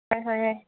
ꯍꯣꯏ ꯍꯣꯏꯌꯦ